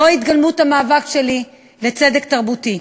זוהי התגלמות המאבק שלי למען צדק תרבותי.